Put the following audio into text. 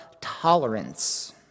tolerance